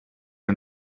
are